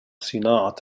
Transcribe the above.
صناعة